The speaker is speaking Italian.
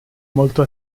molto